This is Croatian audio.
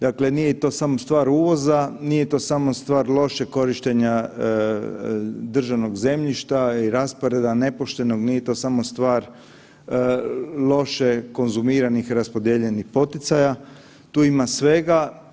Dakle, nije to samo stvar uvoza, nije to samo stvar lošeg korištenja državnog zemljišta i rasporeda nepoštenog, nije to samo stvar loše konzumiranih i raspodijeljenih poticaja, tu ima svega.